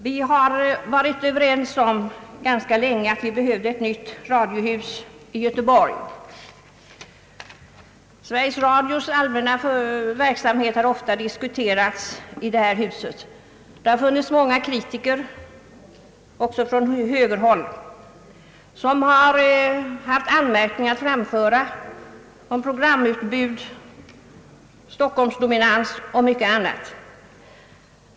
Vi har ganska länge varit överens om att det behövs ett nytt radiohus i Göteborg. Sveriges Radios allmänna verksamhet har ofta diskuterats här i riksdagen. Många kritiker, också från högerhåll, har haft anmärkningar att framföra om programutbud, stockholmsdominans och mycket annat.